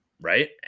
Right